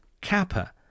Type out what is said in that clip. Kappa